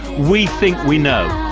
we think we know.